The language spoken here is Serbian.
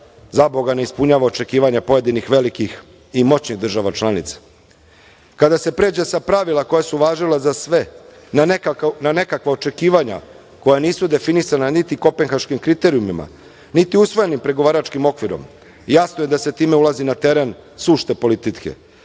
zaboga, ne ispunjava očekivanja pojedinih velikih i moćnih država članica. Kada se pređe sa pravila koja su važila za sve na nekakva očekivanja koja nisu definisana niti kopenhaškim kriterijumima, niti uvojenim pregovaračkim okvirom, jasno je da se time ulazi na teren sušte politike.